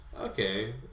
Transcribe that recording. Okay